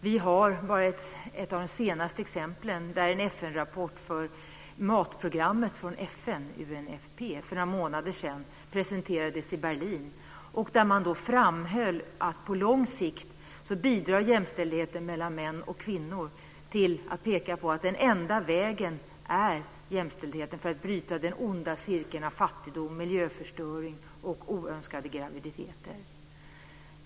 Vi kan bara ta ett av de allra senaste exemplen, där en rapport för matprogrammet i FN, UNFP, för några månader sedan presenterades i Berlin. Där framhöll man betydelsen på lång sikt av jämställdhet mellan män och kvinnor. Man pekar på att jämställdhet är den enda vägen för att bryta den onda cirkeln av fattigdom, miljöförstöring och oönskade graviditeter.